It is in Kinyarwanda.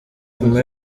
nyuma